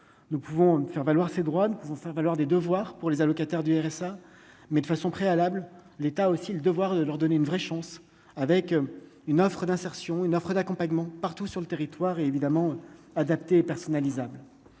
nous pouvons faire valoir ses droits ne pouvons faire valoir des devoirs pour les allocataires du RSA mais de toute façon préalables l'État aussi le devoir de leur donner une vraie chance, avec une offre d'insertion, une offre d'accompagnement partout sur le territoire et évidemment adapté personnalisable